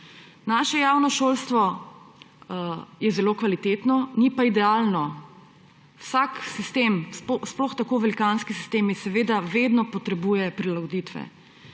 Naše javno šolstvo je zelo kvalitetno, ni pa idealno. Vsak sistem, sploh tako velikanski sistem seveda vedno potrebuje prilagoditve.